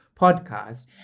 podcast